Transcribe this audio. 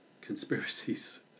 conspiracies